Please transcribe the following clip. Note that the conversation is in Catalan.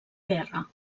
guerra